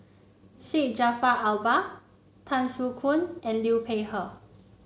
Syed Jaafar Albar Tan Soo Khoon and Liu Peihe